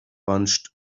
bunched